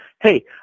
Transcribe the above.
hey